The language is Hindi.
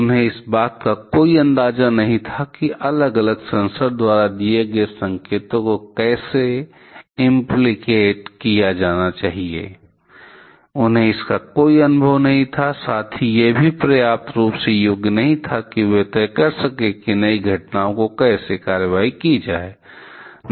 उन्हें इस बात का कोई अंदाजा नहीं था कि अलग अलग सेंसर द्वारा दिए गए संकेतों को कैसे इम्प्लिकेट किया जाना चाहिए उन्हें इसका कोई अनुभव नहीं था साथ ही यह भी पर्याप्त रूप से योग्य नहीं था कि वे तय कर सकें कि नई तरह की घटना पर कैसे कार्रवाई की जाए और